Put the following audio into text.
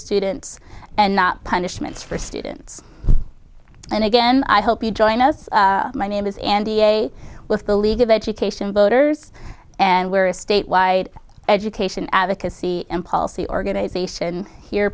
students and not punishments for students and again i hope you join us my name is andy a with the league of education voters and we're a statewide education advocacy and policy organization here